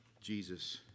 Jesus